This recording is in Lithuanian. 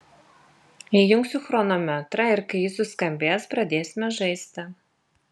įjungsiu chronometrą ir kai jis suskambės pradėsime žaisti